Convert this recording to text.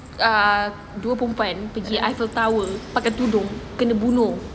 ah dua perempuan pergi eiffel tower pakai tudung kena bunuh